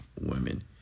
women